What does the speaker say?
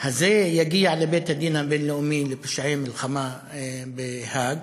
הזה יגיעו לבית-הדין הבין-לאומי לפשעי מלחמה בהאג,